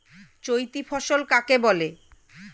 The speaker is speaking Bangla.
চৈতি ফসল কাকে বলে?